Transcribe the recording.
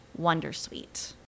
Wondersuite